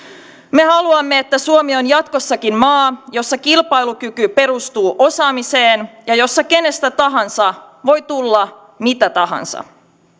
me haluamme että suomi on jatkossakin maa jossa kilpailukyky perustuu osaamiseen ja jossa kenestä tahansa voi tulla mitä tahansa